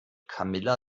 camilla